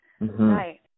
Right